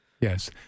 Yes